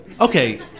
Okay